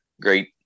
Great